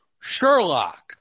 Sherlock